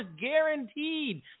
guaranteed